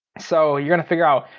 so you're gonna figure out,